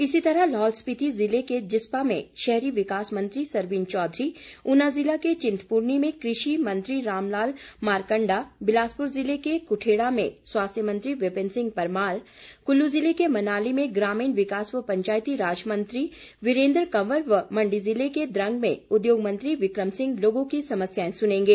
इसी तरह लाहौल स्पीति जिले के जिस्पा में शहरी विकास मंत्री सरवीण चौधरी ऊना जिला के चिन्तपूर्णी में कृषि मंत्री रामलाल मारकंडा बिलासपुर जिले के कुठेड़ा में स्वास्थ्य मंत्री विपिन सिंह परमार कुल्लू जिले के मनाली में ग्रामीण विकास व पंचायतीराज मंत्री वीरेन्द्र कंवर व मंडी जिले के दंग में उद्योग मंत्री बिकम सिंह लोगों की समस्याएं सुनेंगे